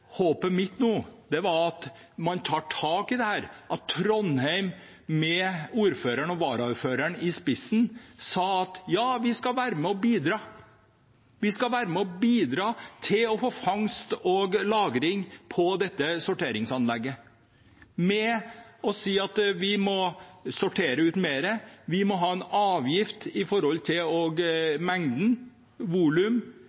Håpet mitt nå er at man tar tak i dette, at Trondheim, med ordføreren og varaordføreren i spissen, sier: Ja, vi skal være med og bidra. Vi skal være med og bidra til å få fangst og lagring på dette sorteringsanlegget. Vi må sortere ut mer. Vi må ha en avgift knyttet til mengde, volum og